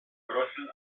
großen